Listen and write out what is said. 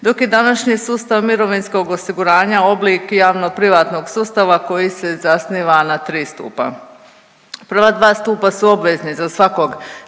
dok je današnji sustav mirovinskog osiguranja oblik javno-privatnog sustava koji se zasniva na 3 stupa. Prva dva stupa su obvezni za svakog